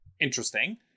interesting